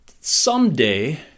someday